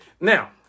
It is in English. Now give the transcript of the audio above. Now